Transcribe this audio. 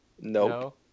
No